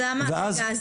עושים ניהול סיכונים.